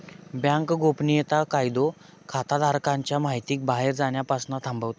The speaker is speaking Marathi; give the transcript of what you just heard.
बॅन्क गोपनीयता कायदो खाताधारकांच्या महितीक बाहेर जाण्यापासना थांबवता